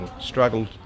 Struggled